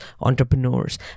entrepreneurs